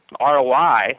ROI